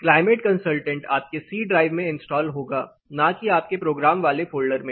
climate consultant आपके C drive में install होगा ना कि आपके प्रोग्राम वाले फोल्डर में